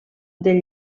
d’en